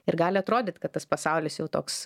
ir gali atrodyt kad tas pasaulis jau toks